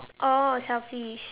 oh selfish